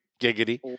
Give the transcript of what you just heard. Giggity